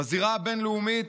בזירה הבין-לאומית: